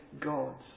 gods